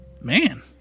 Man